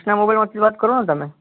કૃષ્ણ મોબાઈલમાંથી વાત કરો ને તમે